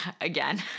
again